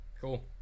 Cool